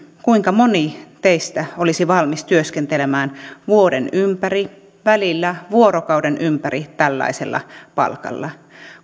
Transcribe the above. kuinka moni teistä olisi valmis työskentelemään vuoden ympäri välillä vuorokauden ympäri tällaisella palkalla